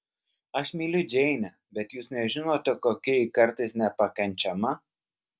aš myliu džeinę bet jūs nežinote kokia ji kartais nepakenčiama